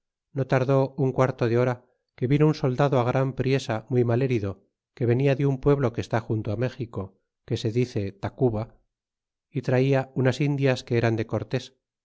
no tardó un quarto de hora que vino un soldado gran priesa muy mal herido que venia de un pueblo que está junto á méxico que se dice tacuba y traia unas indias que eran de cortés